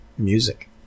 music